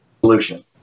solution